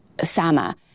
SAMA